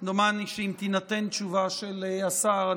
דומני שאם תינתן תשובה של השר,